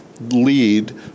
lead